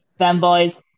Fanboys